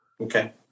Okay